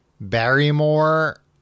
Barrymore